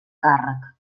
càrrec